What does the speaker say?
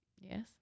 Yes